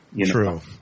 True